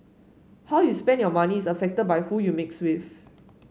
how you spend your money is affected by who you mix with